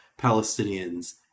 palestinians